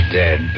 dead